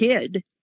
kid